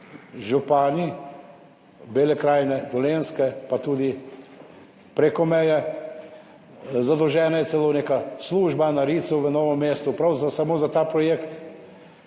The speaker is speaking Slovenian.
župani Bele krajine, Dolenjske, pa tudi prek meje. Zadolžena je celo neka služba na RIC v Novem mestu prav samo za ta projekt.